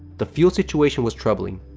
the fuel situation was troubling.